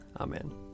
Amen